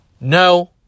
no